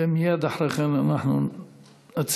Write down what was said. ומייד אחרי כן אנחנו נצביע.